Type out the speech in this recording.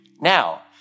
now